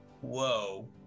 whoa